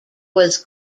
was